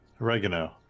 Oregano